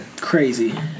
Crazy